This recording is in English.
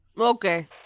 Okay